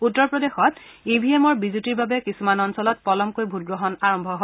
উত্তৰ প্ৰদেশত ইভিএমৰ বিজুতিৰ বাবে কিছুমান অঞ্চলত পলমকৈ ভোটগ্ৰহণ আৰম্ভ হয়